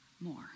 more